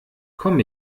komm